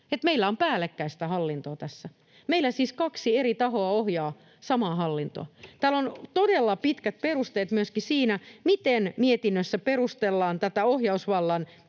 meillä on päällekkäistä hallintoa tässä. Meillä siis kaksi eri tahoa ohjaa samaa hallintoa. Täällä on todella pitkät perusteet myöskin siinä, että tässä käytännössä kävisi